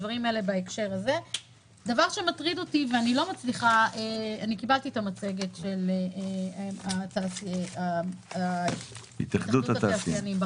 קיבלתי את המצגת של התאחדות התעשיינים,